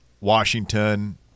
Washington